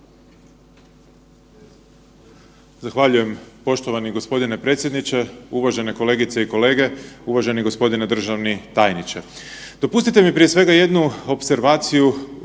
Zahvaljujem poštovani g. predsjedniče. Uvažene kolegice i kolege, uvaženi g. državni tajniče. Dopustite mi prije svega jednu opservaciju